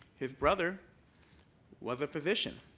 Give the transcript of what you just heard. his brother was a physician.